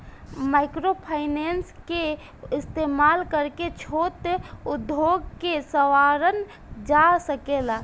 microfinance के इस्तमाल करके छोट उद्योग के सवारल जा सकेला